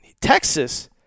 Texas